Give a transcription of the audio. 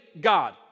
God